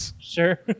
Sure